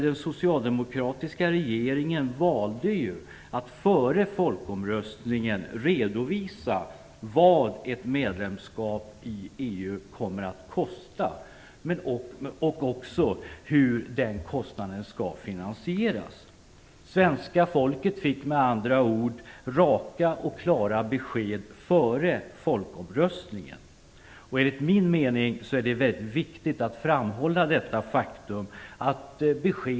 Den socialdemokratiska regeringen valde att före folkomröstningen redovisa vad ett medlemskap i EU kommer att kosta och också hur den kostnaden skall finansieras. Svenska folket fick med andra ord raka och klara besked före omröstningen. Enligt min mening är det viktigt att framhålla detta faktum.